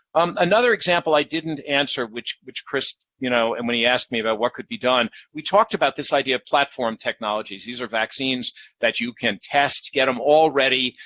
um another example i didn't answer, which which chris, you know and when he asked me about what could be done, we talked about this idea of platform technologies. these are vaccines that you can test, get them all ready,